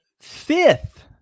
fifth